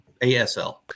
ASL